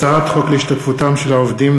הצעת חוק להשתתפותם של העובדים,